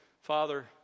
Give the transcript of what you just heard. Father